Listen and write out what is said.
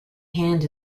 hand